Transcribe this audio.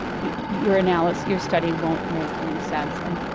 your and and ah your study won't make any sense. and,